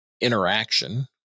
interaction